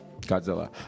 Godzilla